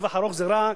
לטווח ארוך זה רע,